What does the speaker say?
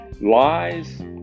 Lies